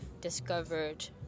discovered